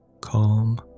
Calm